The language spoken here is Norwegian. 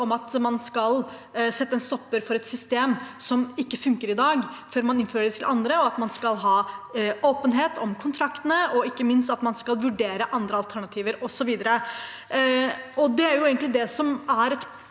om at man skal sette en stopper for et system som ikke funker i dag, før man innfører det hos andre, at man skal ha åpenhet om kontraktene, og ikke minst at man skal vurdere andre alternativer, osv. Det er egentlig det som er å